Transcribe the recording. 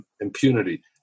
impunity